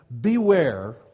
Beware